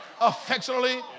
affectionately